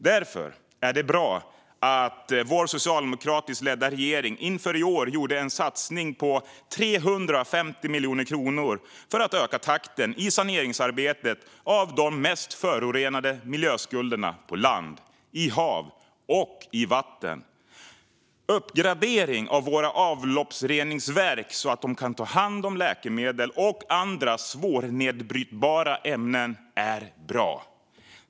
Därför är det bra att vår socialdemokratiskt ledda regering inför i år gjorde en satsning på 350 miljoner kronor för att öka takten i arbetet med sanering av de mest förorenade miljöskulderna på land, i hav och i vatten. Uppgradering av våra avloppsreningsverk så att de kan ta hand om läkemedel och andra svårnedbrytbara ämnen är bra.